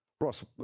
Ross